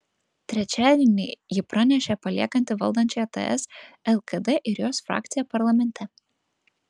trečiadienį ji pranešė paliekanti valdančiąją ts lkd ir jos frakciją parlamente